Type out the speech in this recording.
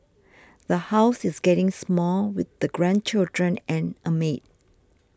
the house is getting small with the grandchildren and a maid